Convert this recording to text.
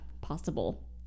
possible